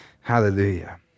hallelujah